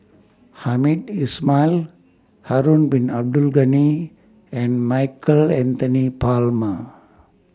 Hamed Ismail Harun Bin Abdul Ghani and Michael Anthony Palmer